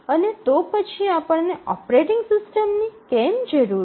અને તો પછી આપણને ઓપરેટિંગ સિસ્ટમની કેમ જરૂર છે